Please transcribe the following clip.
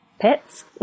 Pets